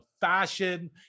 fashion